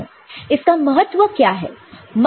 इसका महत्व क्या है